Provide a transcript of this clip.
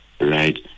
right